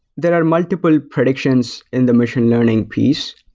there are multiple predictions in the machine learning piece.